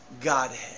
Godhead